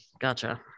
gotcha